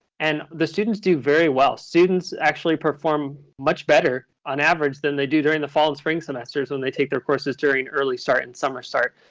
and the students do very well. students actually perform much better, on average, than they do during the fall and spring semesters when they take their courses during early start and summer start.